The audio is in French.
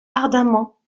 ardemment